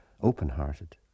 open-hearted